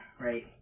right